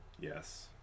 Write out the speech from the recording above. Yes